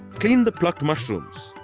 clean the plucked mushrooms.